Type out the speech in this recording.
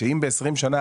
שאם ב-20 שנה,